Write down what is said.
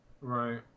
Right